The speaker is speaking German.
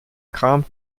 kram